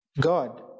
God